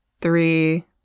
three